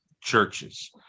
churches